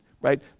right